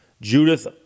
Judith